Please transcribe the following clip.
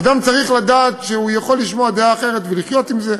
אדם צריך לדעת שהוא יכול לשמוע דעה אחרת ולחיות עם זה.